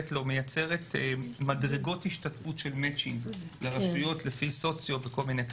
מייצרת מדרגות השתתפות של מצ'ינג לרשויות לפי מצב סוציואקונומי.